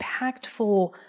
impactful